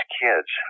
kids